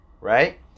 right